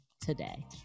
today